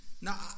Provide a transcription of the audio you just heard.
Now